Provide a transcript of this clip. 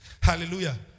Hallelujah